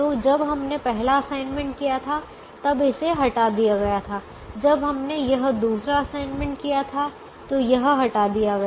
तो जब हमने पहला असाइनमेंट किया था तब इसे हटा दिया गया था जब हमने यह दूसरा असाइनमेंट किया था तो यह हटा दिया गया